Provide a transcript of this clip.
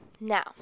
Now